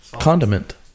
condiment